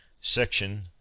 Section